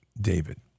David